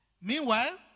Meanwhile